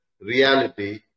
reality